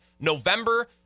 November